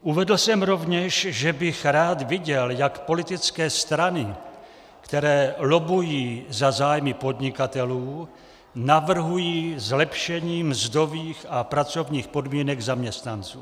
Uvedl jsem rovněž, že bych rád viděl, jak politické strany, které lobbují za zájmy podnikatelů, navrhují zlepšení mzdových a pracovních podmínek zaměstnanců.